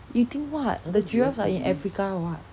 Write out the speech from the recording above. you think what the giraffes are in africa or what